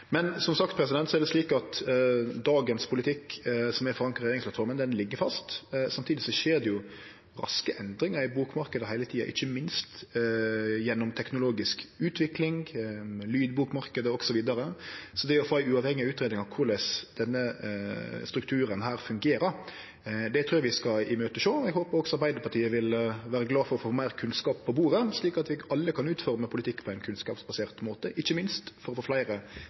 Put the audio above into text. Som sagt er det slik at dagens politikk, som er forankra i regjeringsplattforma, ligg fast. Samtidig skjer det raske endringar i bokmarknaden hele tida, ikkje minst gjennom teknologisk utvikling, lydbokmarknaden osv. Så det å få ei uavhengig utgreiing av korleis denne strukturen fungerer, trur eg vi skal sjå fram til. Eg håper også Arbeidarpartiet vil vere glad for å få meir kunnskap på bordet, slik at vi alle kan utforme politikk på ein kunnskapsbasert måte, ikkje minst for å få fleire